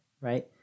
right